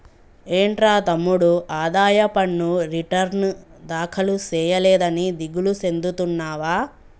ఏంట్రా తమ్ముడు ఆదాయ పన్ను రిటర్న్ దాఖలు సేయలేదని దిగులు సెందుతున్నావా